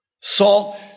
Salt